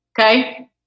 okay